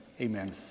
amen